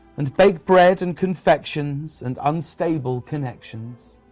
and baked bread and confections and unstable connections